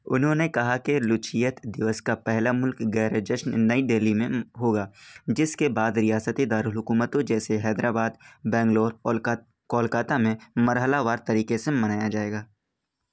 انہوں نے کہا کہ لچھیت دیوس کا پہلا ملک گیر جشن نئی ہلی میں ہوگا جس کے بعد ریاستی دارالحکومتوں جیسے حیدرآباد بنگلور اور کولکتہ میں مرحلہ وار طریقے سے منایا جائے گا